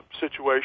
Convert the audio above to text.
situation